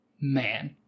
man